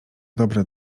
dobre